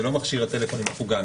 זה לא מכשיר הטלפון עם החוגה,